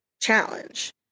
challenge